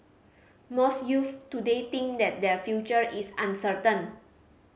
most youths today think that their future is uncertain